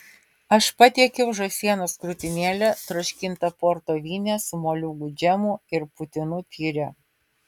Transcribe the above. aš patiekiau žąsienos krūtinėlę troškintą porto vyne su moliūgų džemu ir putinų tyre